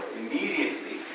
immediately